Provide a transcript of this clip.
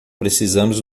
precisamos